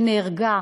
שנהרגה,